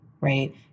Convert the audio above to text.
right